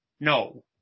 no